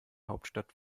hauptstadt